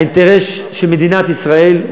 האינטרס של מדינת ישראל,